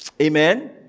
Amen